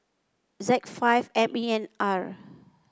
Z five M E N R